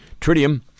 Tritium